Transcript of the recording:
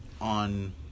on